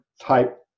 type